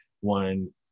one